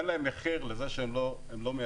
אין להם מחיר לזה שהם לא מיישמים.